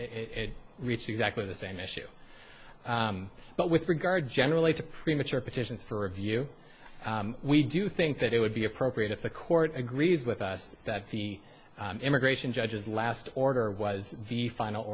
it reach exactly the same issue but with regards generally to premature petitions for review we do think that it would be appropriate if the court agrees with us that the immigration judges last order was the final